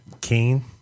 Kane